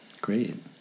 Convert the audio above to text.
Great